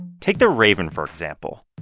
take the raven, for example.